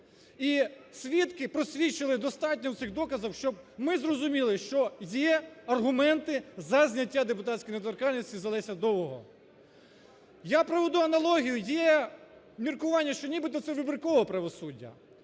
І свідки просвідчили достатньо цих доказів, щоб ми зрозуміли, що є аргументи за зняття депутатської недоторканності з Олеся Довгого. Я проведу аналогію. Є міркування, що нібито це вибіркове правосуддя.